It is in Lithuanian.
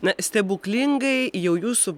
na stebuklingai jau jūsų